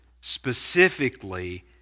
specifically